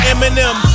Eminem